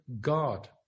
God